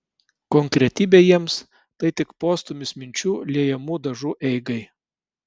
konkretybė jiems tai tik postūmis minčių liejamų dažų eigai